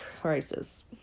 crisis